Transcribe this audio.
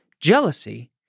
Jealousy